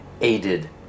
aided